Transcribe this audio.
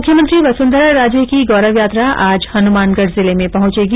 मुख्यमंत्री वसुंधरा राजे की गौरव यात्रा आज हनुमानगढ़ जिले में पहुंचेगी